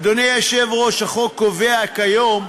אדוני היושב-ראש, החוק קובע כיום,